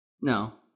No